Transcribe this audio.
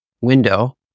window